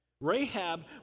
Rahab